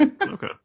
Okay